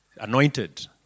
anointed